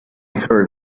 heard